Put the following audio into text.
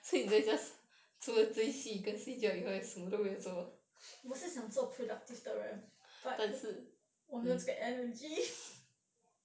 我是想做 productive 的人 but 我没有这个 energy